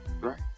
right